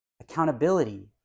accountability